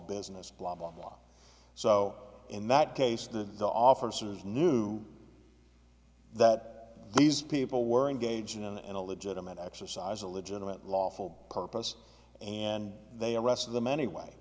business blah blah blah so in that case that the officers knew that these people were engaged in a legitimate exercise a legitimate lawful purpose and they arrested them anyway